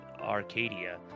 Arcadia